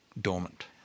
dormant